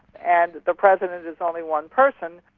and the president is only one person